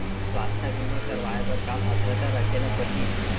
स्वास्थ्य बीमा करवाय बर का पात्रता रखे ल परही?